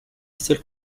still